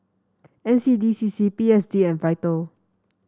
N C D C C P S D and Vital